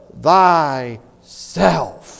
thyself